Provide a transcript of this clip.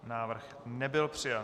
Návrh nebyl přijat.